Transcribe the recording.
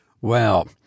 Well